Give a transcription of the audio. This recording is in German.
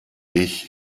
ich